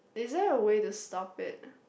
is there a way to stop it